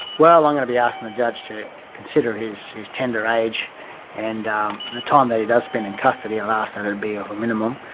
well i'm going to be asking the judge to consider his tender age and um the time that he does spend in custody, i've asked and it to be a minimum,